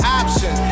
option